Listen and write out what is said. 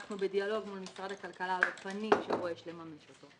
אנחנו בדיאלוג מול משרד הכלכלה על האופנים שבהם יש לממש אותו.